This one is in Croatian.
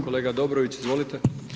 Kolega Dobrović, izvolite.